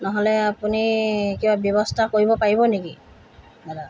নহ'লে আপুনি কিবা ব্যৱস্থা কৰিব পাৰিব নেকি